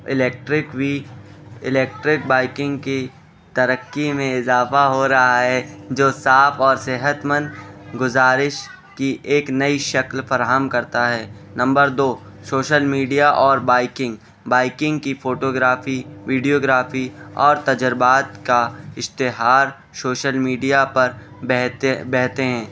electric وی electric biking کی ترقی میں اضافہ ہو رہا ہے جو صاف اور صحت مند گزارش کی ایک نئی شکل فراہم کرتا ہے نمبر دو شوشل میڈیا اور بائکنگ بائکنگ کی فوٹوگرافی ویڈیوگرافی اور تجربات کا اشتہار شوشل میڈیا پر بہتے ہیں